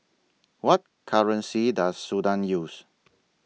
What currency Does Sudan use